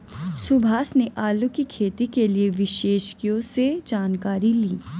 सुभाष ने आलू की खेती के लिए विशेषज्ञों से जानकारी ली